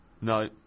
No